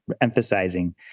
emphasizing